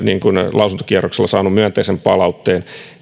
lausuntokierroksella saanut myönteisen palautteen